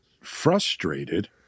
frustrated